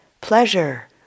pleasure